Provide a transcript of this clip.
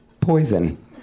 poison